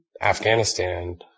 Afghanistan